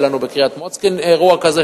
היה לנו בקריית-מוצקין אירוע כזה,